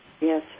Yes